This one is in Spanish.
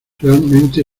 realmente